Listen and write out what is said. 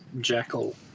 jackal